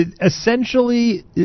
essentially